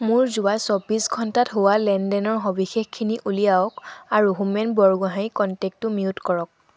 মোৰ যোৱা চৌব্বিছ ঘণ্টাত হোৱা লেনদেনৰ সবিশেষখিনি উলিয়াওক আৰু হোমেন বৰগোহাঞি কণ্টেক্টটো মিউট কৰক